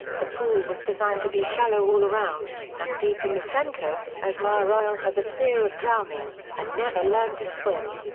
the pool was designed to be shallow all around, and deep in the center, as mireille has a fear of drowning, and never learned to swim.